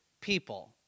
people